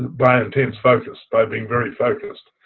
by intense focus, by being very focused.